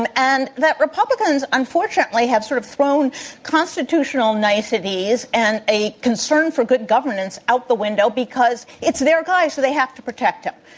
and and that republicans, unfortunately, have sort of thrown constitutional niceties and a concern for good governance out the window because it's their guy, so they have to protect him.